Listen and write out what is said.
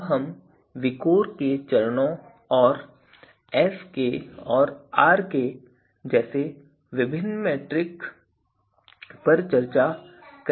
अब हम विकोर के चरणों और Skऔर Rk जैसे विभिन्न मेट्रिक्स पर चर्चा करेंगे